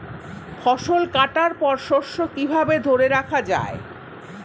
ফসল কাটার পর শস্য কিভাবে ধরে রাখা য়ায়?